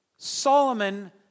Solomon